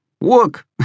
Work